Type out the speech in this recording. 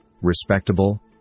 respectable